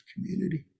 community